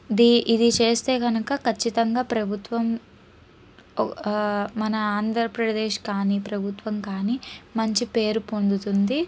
the ఇది చేస్తే కనుక ఖచ్చితంగా ప్రభుత్వం ఓ మన ఆంధ్రప్రదేశ్ కానీ ప్రభుత్వం కానీ మంచి పేరు పొందుతుంది